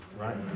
Right